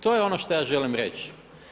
To je ono što ja želim reći.